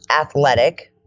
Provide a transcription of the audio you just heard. athletic